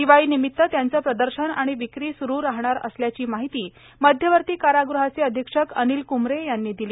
दिवाळीनिमित यांचे प्रदर्शन आणि विक्री सुरू राहणार असल्याची माहिती मध्यवर्ती कारागृहाचे अधिक्षक अनिल कुमरे यांनी दिली